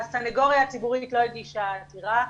הסנגוריה הציבורית לא הגישה עתירה,